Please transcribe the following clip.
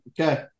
okay